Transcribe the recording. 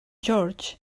george